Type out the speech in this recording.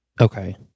Okay